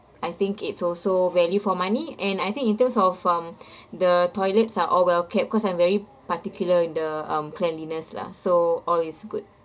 I think it's also value for money and I think in terms of um the toilets are all well kept cause I'm very particular in the um cleanliness lah so all is good